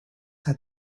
had